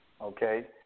okay